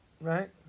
Right